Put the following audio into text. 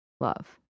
love